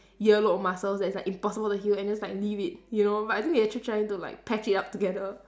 earlobe muscles that it's like impossible to heal and just like leave it you know but I think they actually trying to like patch it up together